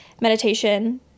meditation